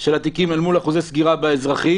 של התיקים אל מול אחוזי סגירה באזרחי,